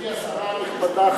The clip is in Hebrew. גברתי השרה הנכבדה,